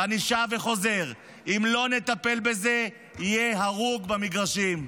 ואני חוזר: אם לא נטפל בזה, יהיה הרוג במגרשים.